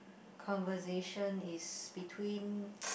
conversation is between